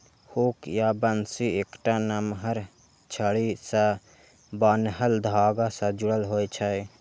hook या बंसी एकटा नमहर छड़ी सं बान्हल धागा सं जुड़ल होइ छै